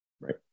Right